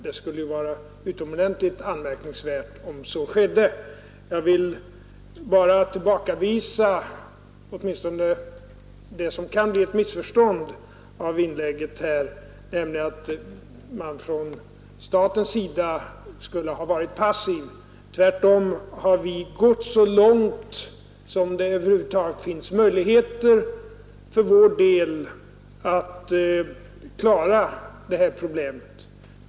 Det skulle ju vara utomordentligt anmärkningsvärt om så skedde. Jag vill bara för att förhindra ett missförstånd, som möjligen kan uppstå på grund av det föregående inlägget, nämligen att man på statligt håll skulle ha varit passiv i detta fall, säga att vi tvärtom har gått så långt som vi över huvud taget haft möjligheter till för att klara detta problem.